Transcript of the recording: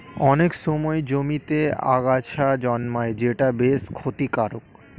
অনেক সময় জমিতে আগাছা জন্মায় যেটা বেশ ক্ষতিকারক